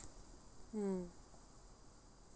mm